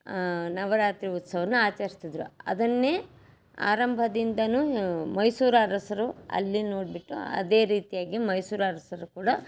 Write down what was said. ನವರಾತ್ರಿ ಉತ್ಸವವನ್ನ ಆಚರಿಸ್ತಿದ್ದರು ಅದನ್ನೇ ಆರಂಭದಿಂದನೂ ಮೈಸೂರು ಅರಸರು ಅಲ್ಲಿ ನೋಡಿಬಿಟ್ಟು ಅದೇ ರೀತಿಯಾಗಿ ಮೈಸೂರು ಅರಸರೂ ಕೂಡ